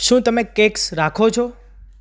શું તમે કેક્સ રાખો છો